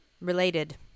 related